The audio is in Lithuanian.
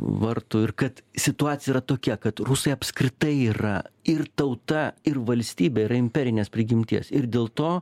vartų ir kad situacija yra tokia kad rusai apskritai yra ir tauta ir valstybė yra imperinės prigimties ir dėl to